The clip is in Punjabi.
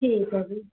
ਠੀਕ ਹੈ ਜੀ